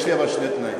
יש לי אבל שני תנאים.